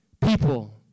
people